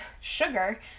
sugar